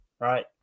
right